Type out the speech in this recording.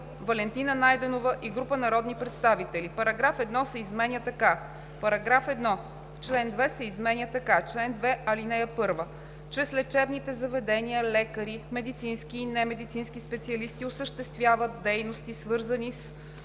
Валентина Найденова и група народни представители: „§ 1 се изменя така: § 1. Чл. 2 се изменя така: „Чл. 2. (1) Чрез лечебните заведения, лекари, медицински и немедицински специалисти осъществяват дейности, свързани с: